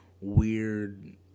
weird